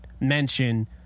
mention